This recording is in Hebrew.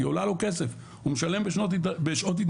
היא עולה לו כסף הוא משלם בשעות התנדבות.